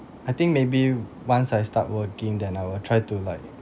I think maybe once I start working then I will try to like